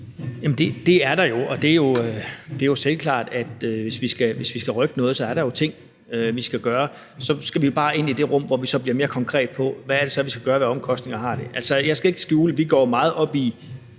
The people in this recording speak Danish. Det er der, og det er jo selvklart, at hvis vi skal rykke noget, er der ting, vi skal gøre. Så skal vi bare ind i det rum, hvor vi bliver mere konkrete på, hvad det så er, vi skal gøre, og hvad det har af omkostninger. Altså, jeg skal ikke skjule, at vi går meget op i